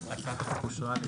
אושר.